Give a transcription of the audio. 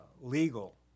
legal